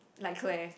like Claire